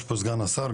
יש פה סגן השר,